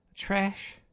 trash